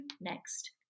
next